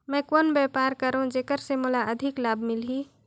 मैं कौन व्यापार करो जेकर से मोला अधिक लाभ मिलही?